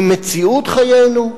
ממציאות חיינו,